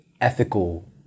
ethical